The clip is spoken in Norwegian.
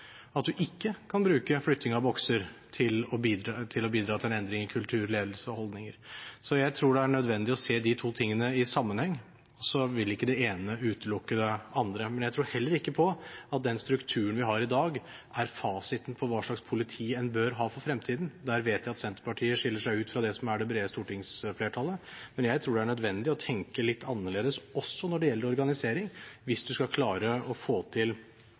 at man ikke kan bruke flytting av bokser for å bidra til en endring i kultur, ledelse og holdninger. Jeg tror det er nødvendig å se de to tingene i sammenheng, det ene vil ikke utelukke det andre. Jeg tror heller ikke på at den strukturen vi har i dag, er fasiten på hva slags politi man bør ha for fremtiden. Der vet jeg at Senterpartiet skiller seg ut fra det som er det brede stortingsflertallet. Men jeg tror det er nødvendig å tenke litt annerledes også når det gjelder organisering viss man skal klare å få til